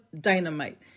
dynamite